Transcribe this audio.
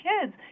kids